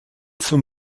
zum